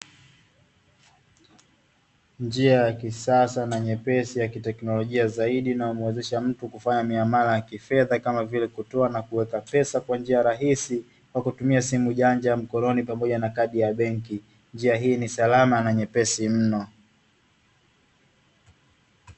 Njia ya kisasa na nyepesi ya kiteknolojia zaidi inayomuwezesha mtu kufanya miamala ya kifedha kama vile kutoa na kuweka pesa kwa njia rahisi kwa kutumia simu janja ya mkononi pamoja na kadi ya benki, njia hii ni salama na nyepesi mno.